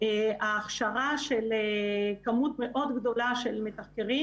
היא שהכשרה של כמות מאוד גדולה של מתחקרים